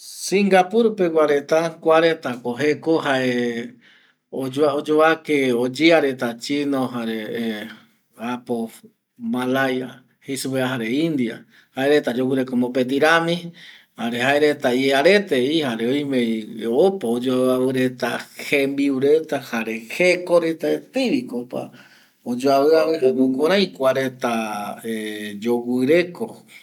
Singapur pegua reta kua retako jeko jae oyea reta apo chino jare malayo jei supeva jare india jareta yoguɨreko kmopeti rami jare jaereta iaretevi jare oimevi opa oyoavɨavɨ reta jembimbota jare jeko retaeteiviko opa oyoavɨavɨ jukurai kuareta yoguɨreko